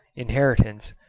inheritance,